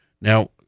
Now